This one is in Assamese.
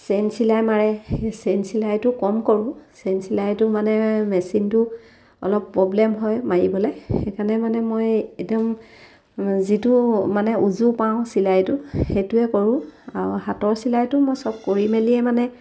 চেইন চিলাই মাৰে সেই চেইন চিলাইটো কম কৰোঁ চেইন চিলাইটো মানে মেচিনটো অলপ প্ৰব্লেম হয় মাৰিবলৈ সেইকাৰণে মানে মই একদম যিটো মানে উজু পাওঁ চিলাইটো সেইটোৱে কৰোঁ আৰু হাতৰ চিলাইটো মই চব কৰি মেলিয়ে মানে